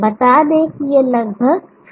बता दें कि यह लगभग 07 है